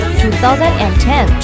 2010